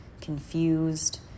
confused